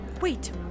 wait